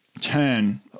turn